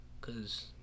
cause